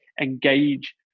engage